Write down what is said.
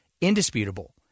indisputable